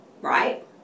right